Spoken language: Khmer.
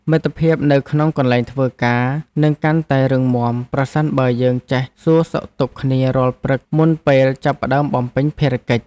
មិត្តភាពនៅក្នុងកន្លែងធ្វើការនឹងកាន់តែរឹងមាំប្រសិនបើយើងចេះសួរសុខទុក្ខគ្នារាល់ព្រឹកមុនពេលចាប់ផ្តើមបំពេញភារកិច្ច។